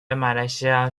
马来西亚